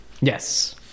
Yes